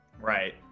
right